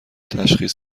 تشخیص